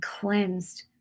cleansed